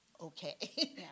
Okay